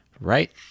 right